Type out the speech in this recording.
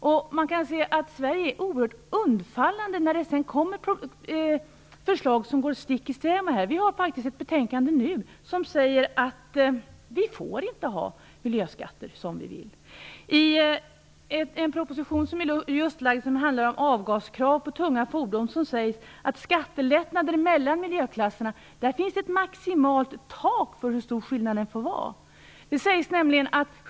Men när det sedan kommer förslag som går stick i stäv med det här kan man se att Sverige är oerhört undfallande. Vi har faktiskt ett betänkande nu som säger att vi inte får ha miljöskatter som vi vill. I en proposition som just har lagts fram och som handlar om avgaskrav på tunga fordon sägs att det för skattelättnader mellan miljöklasserna finns ett tak, en maximigräns, för hur stor skillnaden får vara.